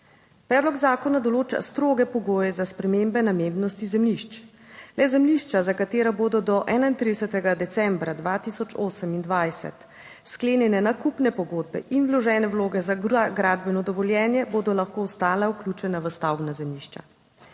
Predlog zakona določa stroge pogoje za spremembe namembnosti zemljišč le zemljišča, za katera bodo do 31. decembra 2028 sklenjene nakupne pogodbe in vložene vloge za gradbeno dovoljenje bodo lahko ostala vključena v stavbna zemljišča.